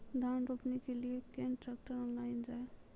धान रोपनी के लिए केन ट्रैक्टर ऑनलाइन जाए?